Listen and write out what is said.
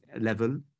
level